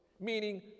meaning